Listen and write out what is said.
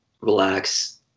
relax